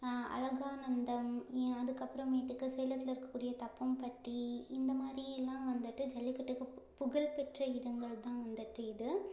அழகானந்தம் எ அதுக்கப்பற மேட்டுக்கு சேலத்தில் இருக்கக்கூடிய தப்பம்பட்டி இந்தமாதிரிலாம் வந்துட்டு ஜல்லிக்கட்டுக்கு புகழ்பெற்ற இடங்கள்தான் வந்துட்டு இது